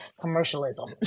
commercialism